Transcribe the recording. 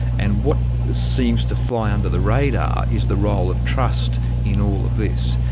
and what seems to fly under the radar is the role of trust in all of this.